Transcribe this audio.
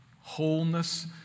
wholeness